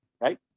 right